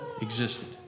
existed